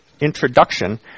introduction